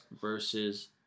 versus